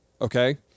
okay